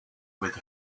with